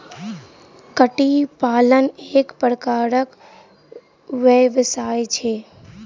कीट पालन एक प्रकारक व्यवसाय छै